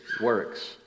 works